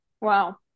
Wow